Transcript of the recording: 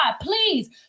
please